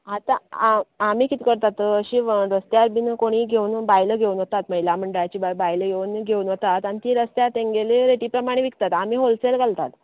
आतां आम आमी कितें करतात अशी रस्त्यार बीन कोणीय घेवन बायल्यो येतात महिला मंडळाची बी बायलां योवन घेवन वतात आनी ती रस्त्यार तेंगेलें रेटी प्रमाण विकता आमी होलसेल घालतात